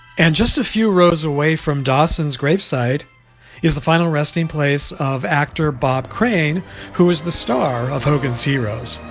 and just a few rows away from dawson's gravesite is the final resting place of actor bob crane who is the star of hogan's heroes?